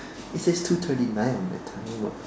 it says two twenty nine on my timer